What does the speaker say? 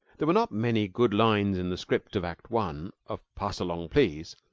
there were not many good lines in the script of act one of pass along, please!